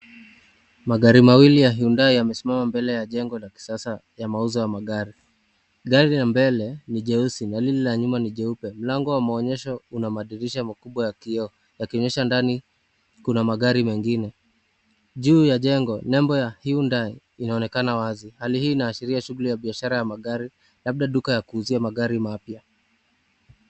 Magari mawili ya Hyundai yamesimama mbele ya jengo la kisasa ya mauzo ya magari. Gari la mbele ni jeusi na lile la nyuma ni jeupe. Mlango wa maonyesho una madirisha makubwa ya kioo yakionyesha ndani kuna magari mengine. Juu ya jengo, nembo ya Hyundai inaonekana wazi. Hali hii inaashiria shughuli ya biashara ya magari labda duka ya kuuzia magari mapya.